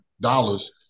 dollars